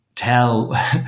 Tell